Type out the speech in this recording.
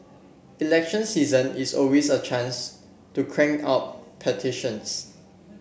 election season is always a chance to crank out petitions